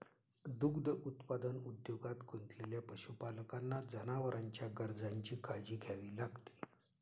दूध उत्पादन उद्योगात गुंतलेल्या पशुपालकांना जनावरांच्या गरजांची काळजी घ्यावी लागते